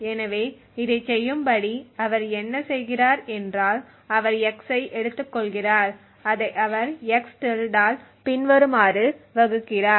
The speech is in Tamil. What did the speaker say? எனவே இதைச் செய்யும்படி அவர் என்ன செய்கிறார் என்றால் அவர் x ஐ எடுத்துக்கொள்கிறார் அதை அவர் x ஆல் பின்வருமாறு வகுக்கிறார்